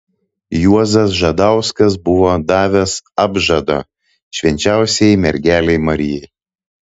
juozas žadauskas buvo davęs apžadą švenčiausiajai mergelei marijai